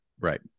Right